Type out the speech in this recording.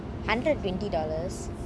hundred twenty dollars